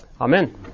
Amen